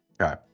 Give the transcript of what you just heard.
Okay